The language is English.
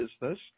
business